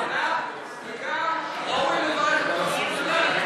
וגם ראוי לברך את ראש הממשלה על,